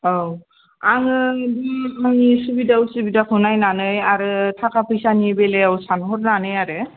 औ आङो बे उननि सुबिदा उसुबिदाखौ नायनानै आरो थाखा फैसानि बेलायाव सानहरनानै आरो